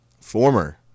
former